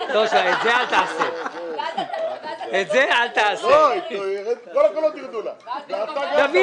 ואז כל הקולות ירדו לך,